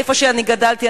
איפה שאני גדלתי,